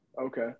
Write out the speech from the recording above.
Okay